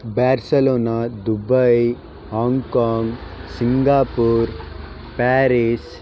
Barcelona Dubai Hong Kong Singapore Paris